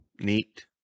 Neat